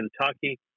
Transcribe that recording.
Kentucky